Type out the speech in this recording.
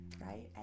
right